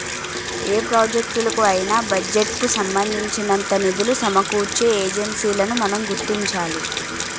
ఏ ప్రాజెక్టులకు అయినా బడ్జెట్ కు సంబంధించినంత నిధులు సమకూర్చే ఏజెన్సీలను మనం గుర్తించాలి